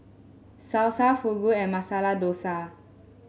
Salsa Fugu and Masala Dosa